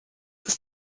ist